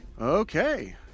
Okay